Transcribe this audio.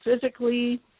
physically